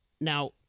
Now